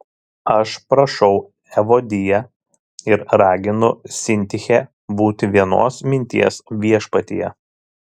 aš prašau evodiją ir raginu sintichę būti vienos minties viešpatyje